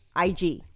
IG